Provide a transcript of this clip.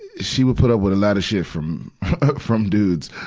she would put up with a lot of shit from from dudes,